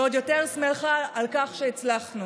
ועוד יותר שמחה על כך שהצלחנו.